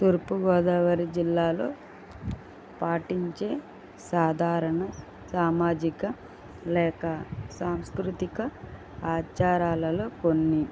తూర్పు గోదావరి జిల్లాలో పాటించే సాధారణ సామాజిక లేక సాంస్కృతిక ఆచారాలలో కొన్ని